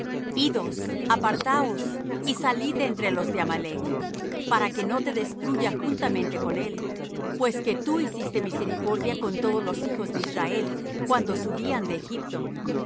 cineo idos apartaos y salid de entre los de amalec para que no te destruya juntamente con él pues que tú hiciste misericordia con todos los hijos de israel cuando subían de egipto